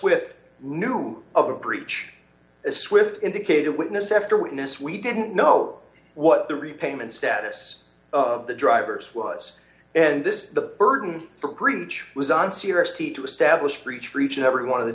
knew of a breach as swift indicated witness after witness we didn't know what the repayment status of the drivers was and this the burden for grinch was on security to establish breach for each and every one of the